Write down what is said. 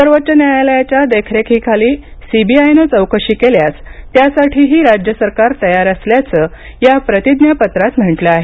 सर्वोच्च न्यायालयाच्या देखरेखी खाली सीबीआयने चौकशी केल्यास त्यासाठी ही राज्य सरकार तयार असल्याचं या प्रतिज्ञापत्रात म्हटलं आहे